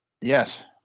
Yes